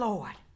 Lord